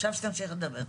עכשיו שתמשיך לדבר.